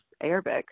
Arabic